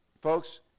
Folks